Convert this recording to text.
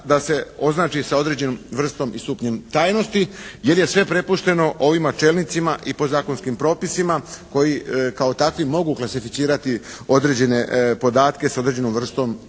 da se označi sa određenom vrstom i stupnjem tajnosti, jer je sve prepušteno ovima čelnicima i podzakonskim propisima koji takvi mogu klasificirati određene podatke s određenom vrstom i